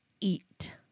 Eat